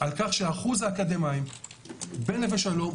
על כך שאחוז האקדמאים בנווה שלום,